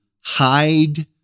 hide